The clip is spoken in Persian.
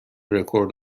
رکورد